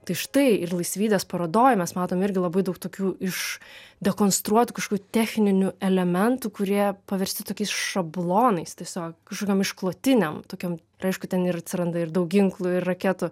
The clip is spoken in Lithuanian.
tai štai ir laisvydės parodoj mes matom irgi labai daug tokių išdekonstruotų kažkokių techninių elementų kurie paversti tokiais šablonais tiesiog kažkokiom išklotinėm tokiom aišku ten ir atsiranda ir daug ginklų ir raketų